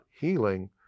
healing